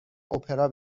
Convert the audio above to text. اپرا